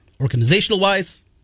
Organizational-wise